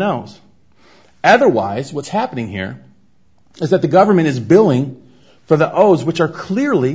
unknowns otherwise what's happening here is that the government is billing for the s which are clearly